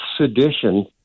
sedition